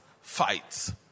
fights